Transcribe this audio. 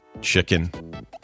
Chicken